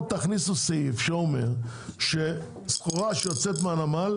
תכניסו סעיף שאומר שסחורה שיוצאת מהנמל,